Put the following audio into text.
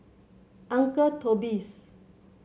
Uncle Toby's